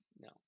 no